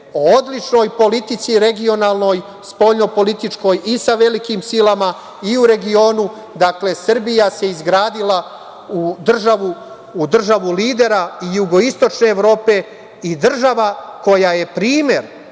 o odličnoj politici regionalnoj, spoljnopolitičkoj i sa velikim silama i u regionu. Dakle, Srbija se izgradila u državu lidera jugoistočne Evrope i država koja je primer